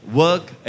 work